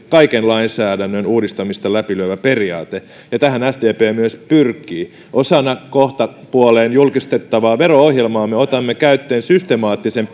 kaiken lainsäädännön uudistamista läpilyövä periaate ja tähän sdp myös pyrkii osana kohtapuoleen julkistettavaa vero ohjelmaa me otamme käyttöön systemaattisen